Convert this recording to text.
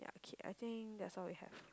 K I think that's all we have